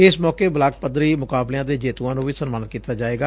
ਇਸ ਮੌਕੇ ਬਲਾਕ ਪੱਧਰੀ ਮੁਕਾਬਲਿਆਂ ਦੇ ਜੇਤੁਆਂ ਨੂੰ ਵੀ ਸਨਮਾਨਿਤ ਕੀਤਾ ਜਾਏਗਾ